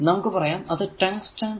നമുക്ക് പറയാം അത് ടങ്സ്റ്റൻ